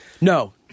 no